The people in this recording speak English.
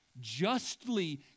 justly